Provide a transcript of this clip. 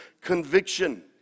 conviction